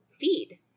feed